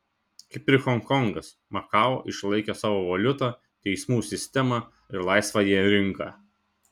kaip ir honkongas makao išlaikė savo valiutą teismų sistemą ir laisvąją rinką